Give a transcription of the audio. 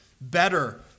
better